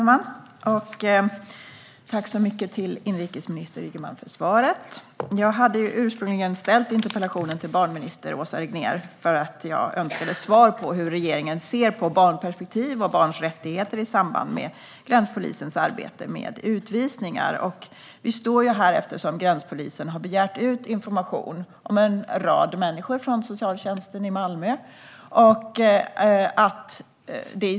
Fru talman! Tack, inrikesminister Ygeman, för svaret! Jag hade ursprungligen ställt interpellationen till barnminister Åsa Regnér för att jag önskade svar på hur regeringen ser på barnperspektiv och barns rättigheter i samband med gränspolisens arbete med utvisningar. Vi står här eftersom gränspolisen har begärt ut information från socialtjänsten i Malmö om en rad människor.